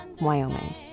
Wyoming